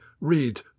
read